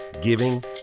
giving